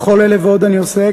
בכל אלה ועוד אני עוסק,